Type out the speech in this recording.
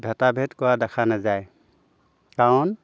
ভেটাভেদ কৰা দেখা নাযায় কাৰণ